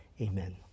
amen